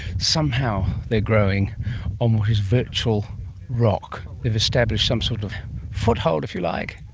somehow they are growing on what is virtual rock. they've established some sort of foothold, if you like,